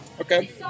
okay